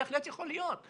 זה, בהחלט, יכול להיות.